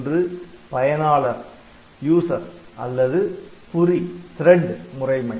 ஒன்று பயனாளர் அல்லது புரி முறைமை